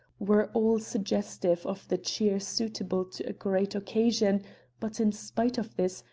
were all suggestive of the cheer suitable to a great occasion but in spite of this,